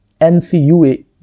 NCUA